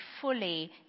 fully